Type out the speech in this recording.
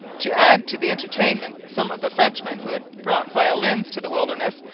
to add to the entertainment, some of the frenchmen, who had brought violins to the wilderness,